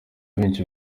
benshi